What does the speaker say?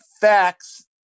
facts